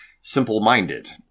simple-minded